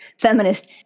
feminist